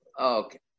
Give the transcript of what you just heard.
okay